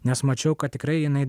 nes mačiau kad tikrai jinai